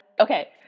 Okay